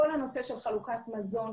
כל הנושא של חלוקת מזון,